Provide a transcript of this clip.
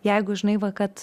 jeigu žinai va kad